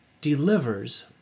delivers